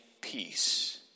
peace